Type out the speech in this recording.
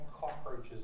cockroaches